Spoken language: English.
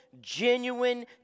genuine